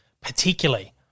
particularly